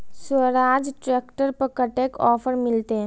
Swaraj tractor पर कतेक offer मिलते?